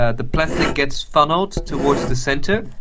ah the plastic gets funnelled towards the centre,